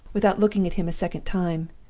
without looking at him a second time,